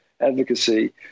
advocacy